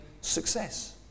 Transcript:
success